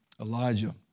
Elijah